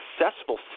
successful